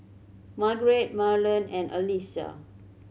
Margeret Marlon and Allyssa